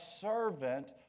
servant